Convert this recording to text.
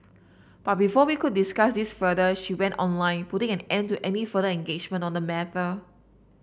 but before we could discuss this further she went online putting an end to any further engagement on the matter